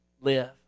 live